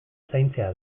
zaintzea